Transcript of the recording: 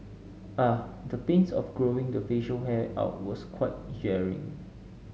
ah the pains of growing the facial hair out was quite jarring